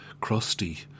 crusty